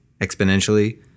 exponentially